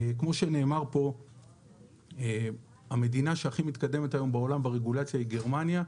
כמו שנאמר פה המדינה המתקדמת ביותר בעולם ברגולציה היא גרמניה.